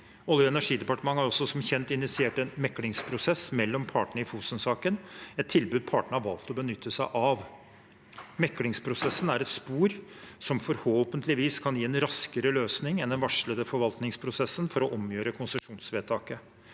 Olje- og energidepartementet har også som kjent initiert en meklingsprosess mellom partene i Fosen-saken, et tilbud partene har valgt å benytte seg av. Meklingsprosessen er et spor som forhåpentligvis kan gi en raskere løsning enn den varslede forvaltningsprosessen for å omgjøre konsesjonsvedtaket.